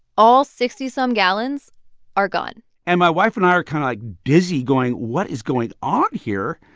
all sixty some gallons are gone and my wife and i are kind of, like, busy going, what is going on here?